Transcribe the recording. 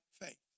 faith